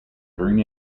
during